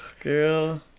girl